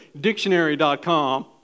dictionary.com